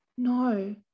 No